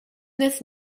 this